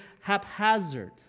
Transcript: haphazard